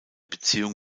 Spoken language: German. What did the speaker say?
beziehung